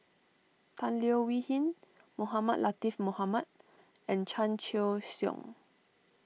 Tan Leo Wee Hin Mohamed Latiff Mohamed and Chan Choy Siong